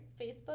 Facebook